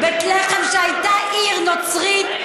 בית לחם, שהייתה עיר נוצרית,